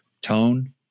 tone